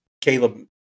Caleb